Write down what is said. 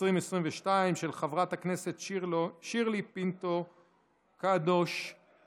2022 אנחנו עוברים לסעיף 9 בסדר-היום, הצעת חוק